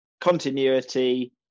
continuity